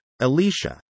Alicia